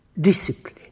discipline